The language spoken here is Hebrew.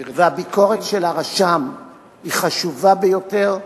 והביקורת של הרשם חשובה ביותר,